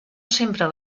sempre